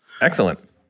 Excellent